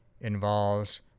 involves